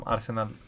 Arsenal